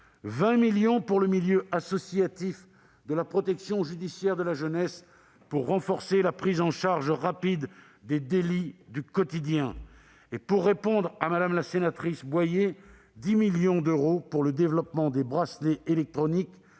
20 millions d'euros au milieu associatif de la protection judiciaire de la jeunesse, pour renforcer la prise en charge rapide des délits du quotidien. Enfin, madame la sénatrice Boyer, nous prévoyons 10 millions d'euros pour le développement des bracelets électroniques